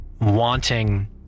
wanting